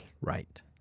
Right